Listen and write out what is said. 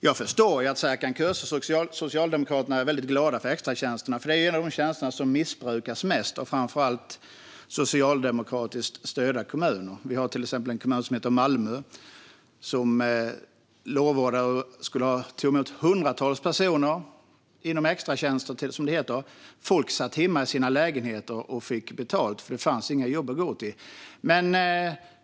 Jag förstår att Serkan Köse från Socialdemokraterna är väldigt glad över extratjänsterna, för det är en av de tjänster som missbrukas mest, framför allt i socialdemokratiskt styrda kommuner. Vi har till exempel en kommun som heter Malmö, som lovordar extratjänster och tog emot hundratals personer. Men folk satt hemma i sina lägenheter och fick betalt, för det fanns inga jobb och gå till.